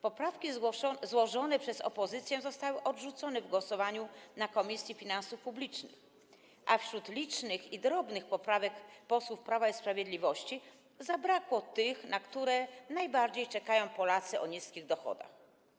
Poprawki złożone przez opozycję zostały odrzucone w głosowaniu na posiedzeniu Komisji Finansów Publicznych, a wśród licznych i drobnych poprawek posłów Prawa i Sprawiedliwości zabrakło tych, na które najbardziej czekają Polacy o niskich dochodach.